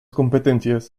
competencias